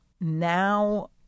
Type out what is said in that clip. now